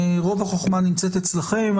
רוב החוכמה נמצאת אצלכם.